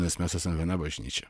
nes mes esam viena bažnyčia